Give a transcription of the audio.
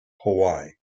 hawaii